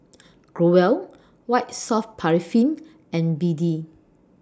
Growell White Soft Paraffin and B D